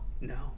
No